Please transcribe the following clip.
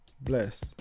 Bless